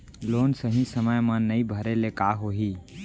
Loan सही समय मा नई भरे ले का होही?